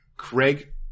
Craig